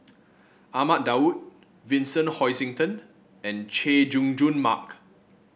Ahmad Daud Vincent Hoisington and Chay Jung Jun Mark